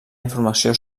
informació